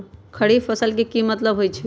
खरीफ फसल के की मतलब होइ छइ?